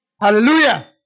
Hallelujah